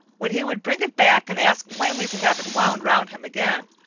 when he would bring it back and ask plainly to have it wound round him again.